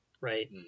right